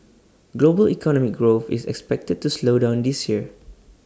global economic growth is expected to slow down this year